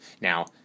Now